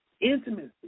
intimacy